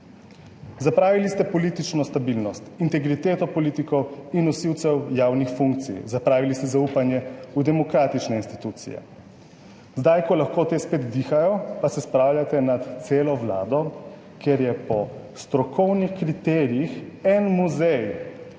Zapravili ste politično stabilnost, integriteto politikov in nosilcev javnih funkcij. Zapravili ste zaupanje v demokratične institucije. Zdaj, ko lahko te spet dihajo, pa se spravljate na celo Vlado, ker je po strokovnih kriterijih en muzej,